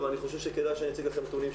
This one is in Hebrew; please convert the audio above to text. אבל אני חושב שכדאי שאני אציג לכם נתונים,